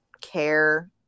care